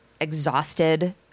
exhausted